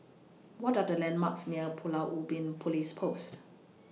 What Are The landmarks near Pulau Ubin Police Post